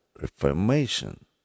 reformation